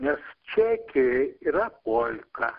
nes čekijoj yra polka